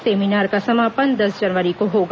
seminar का समापन दस जनवरी को होगा